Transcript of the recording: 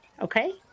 okay